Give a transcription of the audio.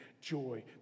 joy